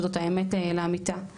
שזאת האמת לאמיתה,